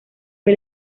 fue